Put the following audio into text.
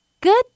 Good